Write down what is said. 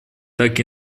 так